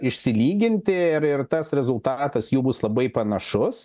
išsilyginti ir ir tas rezultatas jų bus labai panašus